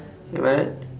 am I right